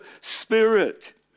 spirit